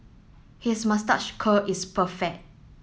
his moustache curl is perfect